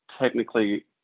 technically